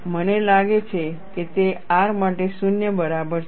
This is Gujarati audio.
મને લાગે છે કે તે R માટે 0 બરાબર છે